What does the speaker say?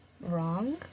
wrong